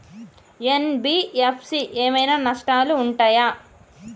NBFC ఏమైనా నష్టాలు ఉంటయా?